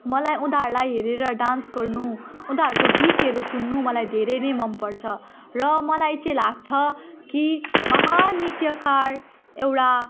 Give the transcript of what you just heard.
मलाई उनीहरूलाई हेरेर डान्स गर्नु उनीहरूको गीतहरू सुन्नु मलाई धेरै नै मनपर्छ र मलाई चाहिँ लाग्छ कि महान नृत्यकार एउटा